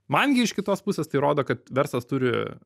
man gi iš kitos pusės tai rodo kad verslas turi